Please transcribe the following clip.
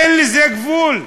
אין לזה גבול,